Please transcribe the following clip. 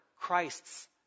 Christ's